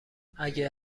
اگه